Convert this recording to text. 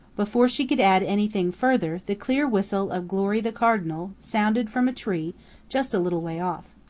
before she could add anything further the clear whistle of glory the cardinal sounded from a tree just a little way off.